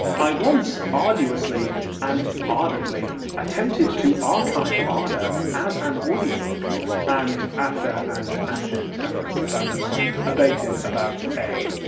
i once arduously and ardently attempted to archive ah ada as an audiobook and after an abject amorous abandonment abated about a.